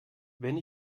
wenn